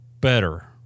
better